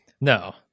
No